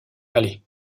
allez